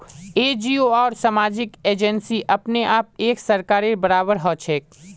NGO आर सामाजिक agency अपने आप एक सरकारेर बराबर हछेक